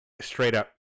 straight-up